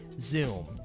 Zoom